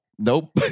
Nope